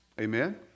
Amen